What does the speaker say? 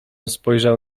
spojrzał